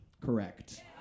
Correct